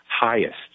highest